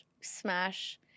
Smash